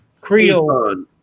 Creole